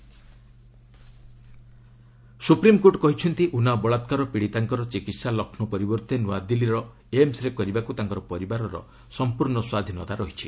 SC Unnao hearing supreme court କହିଛନ୍ତି ଉନାଓ ବଳାକ୍କାର ପୀଡ଼ିତାଙ୍କର ଚିକିତ୍ସା ଲକ୍ଷ୍ନୌ ପରିବର୍ତ୍ତେ ନୂଆଦିଲ୍ଲୀର ଏମ୍ସ୍ରେ କରିବାକୁ ତାଙ୍କର ପରିବାରର ସମ୍ପର୍ଣ୍ଣ ସ୍ୱାଧୀନତା ରହିଛି